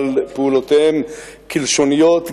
אבל פעולותיהם קלשוניות,